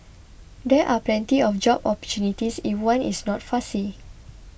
there are plenty of job opportunities if one is not fussy